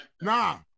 Nah